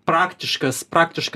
praktiškas praktiškas